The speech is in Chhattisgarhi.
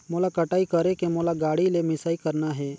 मोला कटाई करेके मोला गाड़ी ले मिसाई करना हे?